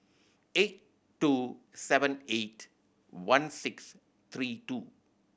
eight two seven eight one six three two